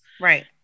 Right